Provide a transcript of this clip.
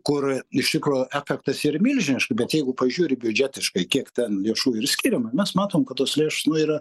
kur iš tikro efektas yr milžinišk bet jeigu pažiūri biudžetiškai kiek ten lėšų yr skiriama mes matom kad tos lėšos na yra